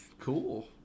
cool